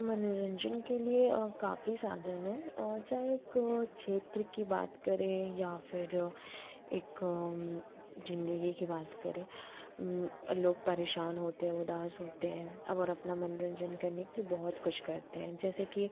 मनोरंजन के लिए काफ़ी साधन हैं चाहे एक क्षेत्र की बात करें या फिर एक ज़िंदगी की बात करें लोग परेशान होते उदास होते हैं और अपना मनोरंजन करने के लिए बहुत कुछ करते हैं जैसे कि